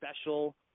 special